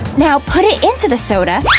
now put it into the soda.